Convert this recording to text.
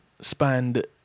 spanned